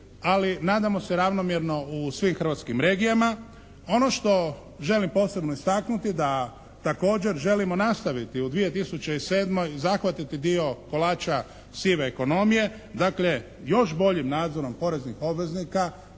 ali nadamo se ravnomjerno u svim hrvatskim regijama. Ono što želim posebno istaknuti da također želimo nastaviti u 2007. zahvatiti dio kolača sive ekonomije. Dakle još boljim nadzorom poreznih obveznika,